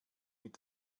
mit